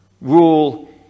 rule